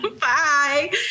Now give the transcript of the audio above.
bye